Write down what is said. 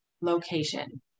location